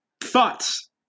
Thoughts